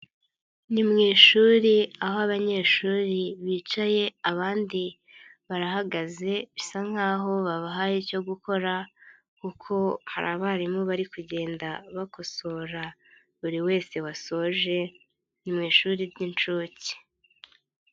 Ni mu ishuri aho abanyeshuri bicaye abandi, barahagaze bisa nkaho babahaye icyo gukora, kuko hari abarimu bari kugenda bakosora, buri wese wasoje, ni mu ishuri ry'inshuke.